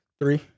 three